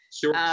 Sure